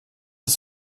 ist